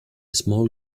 small